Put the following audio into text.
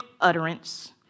utterance